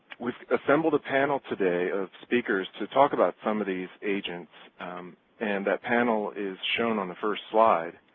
we've assembled a panel today of speakers to talk about some of these agents and that panel is shown on the first slide.